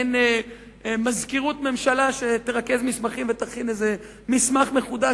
מעין מזכירות ממשלה שתרכז מסמכים ותכין מסמך מחודש,